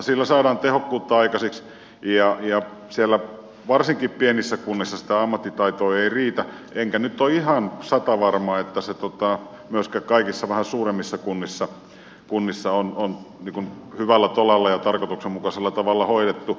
sillä saadaan tehokkuutta aikaiseksi ja varsinkaan siellä pienissä kunnissa sitä ammattitaitoa ei riitä enkä nyt ole ihan satavarma että se myöskään kaikissa vähän suuremmissa kunnissa on hyvällä tolalla ja tarkoituksenmukaisella tavalla hoidettu